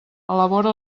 elabora